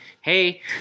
hey